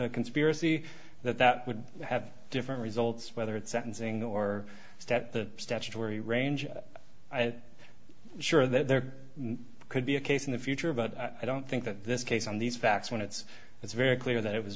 the conspiracy that that would have different results whether it's sentencing or step the statutory range i sure that there could be a case in the future about i don't think that this case on these facts when it's it's very clear that it was